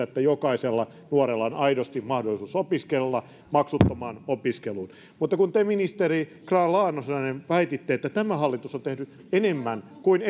että jokaisella nuorella on aidosti mahdollisuus opiskella ja mahdollisuus maksuttomaan opiskeluun mutta kun te ministeri grahn laasonen väititte että tämä hallitus on tehnyt enemmän kuin